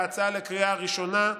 בהצעה לקריאה ראשונה,